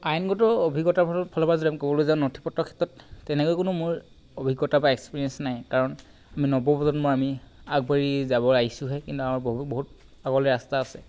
আইনগত অভিজ্ঞতাৰ ফ ফালৰ পৰা যদি আমি ক'বলৈ যাওঁ নথি পত্ৰৰ ক্ষেত্ৰত তেনেকৈ কোনো মোৰ অভিজ্ঞতা বা এক্সপিৰিয়েঞ্চ নাই কাৰণ আমি নৱ প্ৰজন্ম আমি আগবাঢ়ি যাব আহিছো হে কিন্তু আমাৰ বহুত আগলৈ ৰাস্তা আছে